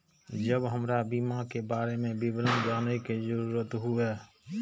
जब हमरा बीमा के बारे में विवरण जाने के जरूरत हुए?